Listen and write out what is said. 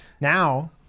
now